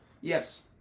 Yes